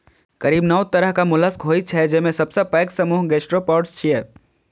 करीब नौ तरहक मोलस्क होइ छै, जेमे सबसं पैघ समूह गैस्ट्रोपोड्स छियै